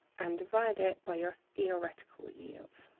and divide it by your theoretical yields.